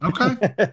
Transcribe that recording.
Okay